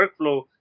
workflow